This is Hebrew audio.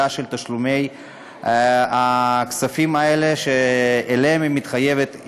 של תשלומי הכספים האלה שלהם היא מתחייבת,